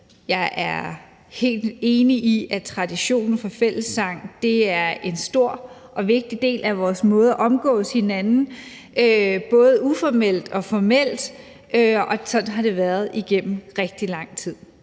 Jeg er helt enig i, at traditionen for fællessang er en stor og vigtig del af vores måde at omgås hinanden på både uformelt og formelt, og sådan har det været igennem rigtig lang tid.